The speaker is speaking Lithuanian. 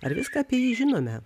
ar viską apie jį žinome